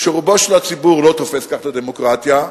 שרובו של הציבור לא תופס כך את הדמוקרטיה.